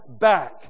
back